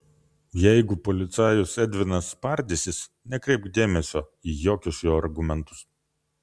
jeigu policajus edvinas spardysis nekreipk dėmesio į jokius jo argumentus